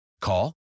Call